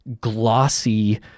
glossy